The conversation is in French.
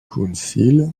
council